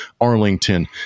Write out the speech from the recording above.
Arlington